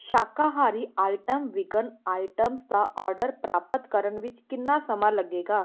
ਸ਼ਾਕਾਹਾਰੀ item vegan items ਦਾ order ਪ੍ਰਾਪਤ ਕਰਨ ਵਿੱਚ ਕਿੰਨਾ ਸਮਾਂ ਲੱਗੇਗਾ